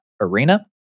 arena